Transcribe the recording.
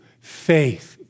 Faith